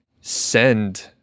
send